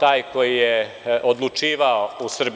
taj koji je odlučivao u Srbiji.